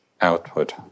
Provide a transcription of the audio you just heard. output